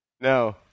No